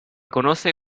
conoce